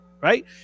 right